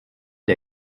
der